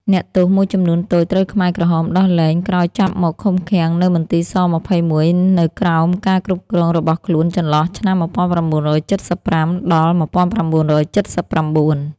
អ្នកទោសមួយចំនួនតូចត្រូវខ្មែរក្រហមដោះលែងក្រោយចាប់មកឃុំឃាំងនៅមន្ទីរ ស-២១ នៅក្រោមការគ្រប់គ្រងរបស់ខ្លួនចន្លោះឆ្នាំ១៩៧៥-១៩៧៩។